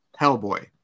Hellboy